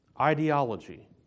ideology